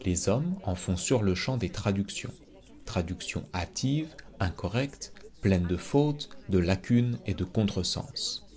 les hommes en font sur-le-champ des traductions traductions hâtives incorrectes pleines de fautes de lacunes et de contre-sens